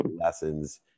lessons